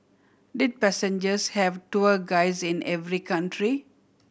did passengers have tour guides in every country